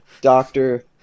Doctor